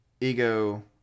ego